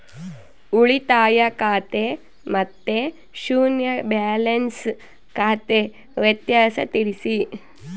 ಉಳಿತಾಯ ಖಾತೆ ಮತ್ತೆ ಶೂನ್ಯ ಬ್ಯಾಲೆನ್ಸ್ ಖಾತೆ ವ್ಯತ್ಯಾಸ ತಿಳಿಸಿ?